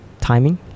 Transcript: timing